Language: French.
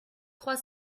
trois